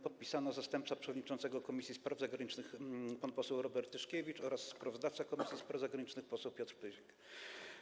Podpisano: zastępca przewodniczącego Komisji Spraw Zagranicznych pan poseł Robert Tyszkiewicz oraz sprawozdawca Komisji Spraw Zagranicznych poseł Piotr Pyzik.